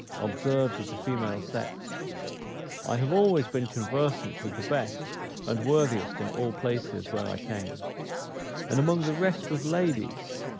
observes of the female sex i have always been conversant with the best and worthiest in all places where i came and among the rest with ladies,